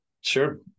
Sure